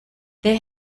they